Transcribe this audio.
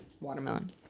Watermelon